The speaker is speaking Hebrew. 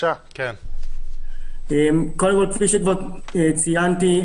כפי שכבר ציינתי,